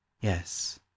Yes